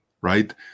right